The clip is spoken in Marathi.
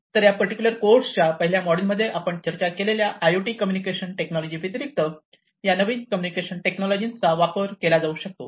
तर या पर्टिक्युलरकोर्सच्या पहिल्या मॉड्यूलमध्ये आपण चर्चा केलेल्या आयओटी कम्युनिकेशन टेक्नॉलॉजीव्यतिरिक्त या नवीन कम्युनिकेशन टेक्नॉलॉजीचा वापर केला जाऊ शकतो